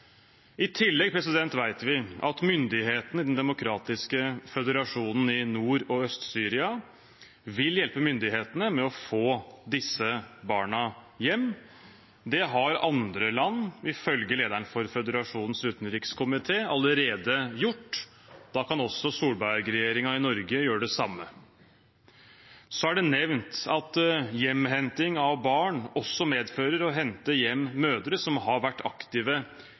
I tillegg vet vi at myndighetene i den demokratiske føderasjonen i Nord- og Øst-Syria vil hjelpe myndighetene med å få disse barna hjem. Det har andre land allerede gjort, ifølge lederen for føderasjonens utenrikskomité. Da kan også Solberg-regjeringen i Norge gjøre det samme. Så er det nevnt at hjemhenting av barn også medfører å hente hjem mødre som har vært aktive